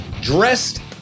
dressed